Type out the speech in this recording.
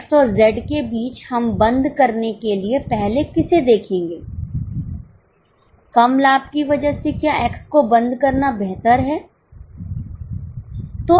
X और Z के बीच हम बंद करने के लिए पहले किसे देखेंगे कम लाभ की वजह से क्या X को बंद करना बेहतर है